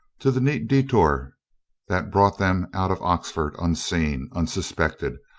to the neat detour that brought them out of oxford unseen, unsuspected,